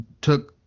took